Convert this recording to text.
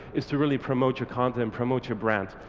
is to really promote your content, promote your brand.